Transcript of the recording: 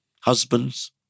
husbands